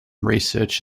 research